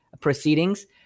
proceedings